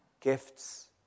gifts